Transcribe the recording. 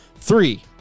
Three